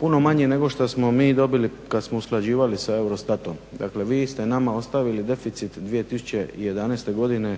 puno manje nego što smo mi dobili kad smo usklađivali sa EUROSTAT-om dakle vi ste nama ostavili deficit 2011.godine